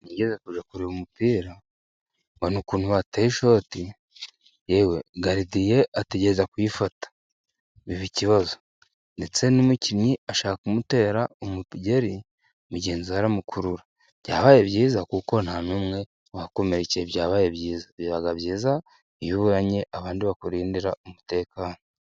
Nigeze kujya kureba umupira, mbona ukuntu bateye ishoti, yewe garidiye ategereza kuyifata, biba ikibazo ndetse n'umukinnyi ashaka kumutera umugeri mugenzi we aramukurura, byabaye byiza kuko ntanumwe wahakomerekeye byabaye byiza, biba byiza iyo ubonye abandi bakurindira umutekano.